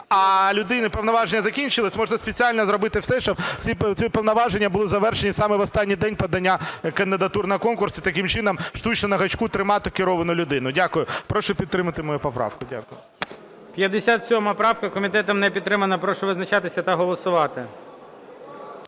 а людини повноваження закінчилися, можна спеціально зробити все, щоб ці повноваження були завершені саме в останній день подання кандидатур на конкурс і таким чином штучно на гачку тримати керовану людину. Дякую. Прошу підтримати мою поправку. Дякую. ГОЛОВУЮЧИЙ. 57 правка. Комітетом не підтримана. Прошу визначатися та голосувати.